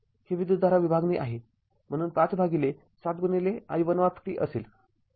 ही विद्युतधारा विभागणी आहे म्हणून ५ भागिले ७ i१ असेल